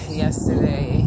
yesterday